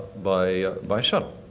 by by shuttle.